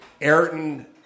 Ayrton